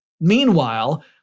Meanwhile